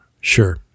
Sure